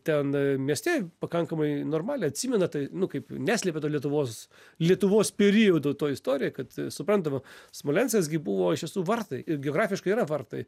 ten mieste pakankamai normaliai atsimena tai nu kaip neslepia to lietuvos lietuvos periodo toj istorijoj kad suprantama smolenskas gi buvo iš tiesų vartai ir geografiškai yra vartai